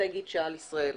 האסטרטגית על ישראל.